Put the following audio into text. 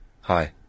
Hi